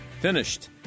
finished